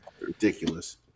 Ridiculous